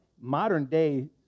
modern-day